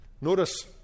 Notice